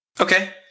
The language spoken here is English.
Okay